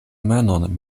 manon